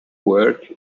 work